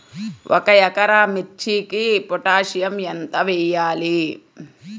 ఒక ఎకరా మిర్చీకి పొటాషియం ఎంత వెయ్యాలి?